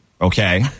okay